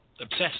obsessed